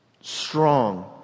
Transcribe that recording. strong